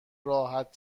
راحت